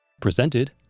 presented